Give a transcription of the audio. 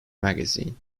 magazine